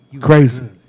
Crazy